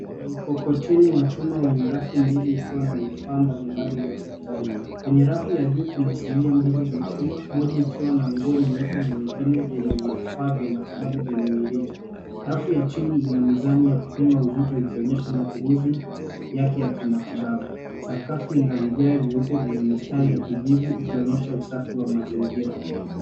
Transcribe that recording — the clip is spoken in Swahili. Kuna mkokoteni wa chuma wenye rafu mbili ikiwa na vifaa mbalimbali ya hospitali. Kwenye rafu ya juu kuna sinia mbili za chuma moja ikiwa na nguo nyeupe na nyingine yenye vifaa vya matibabu vyenye mirija. Rafu ya chini ina mizani ya kupima uzito ikionyesha matumizi yake ya kimatibabu. Sakafu ina vigae vyeupe yenye mistari ya kijivu ikionyesha usafi wa mazingira.